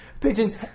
Pigeon